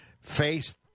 face